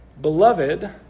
beloved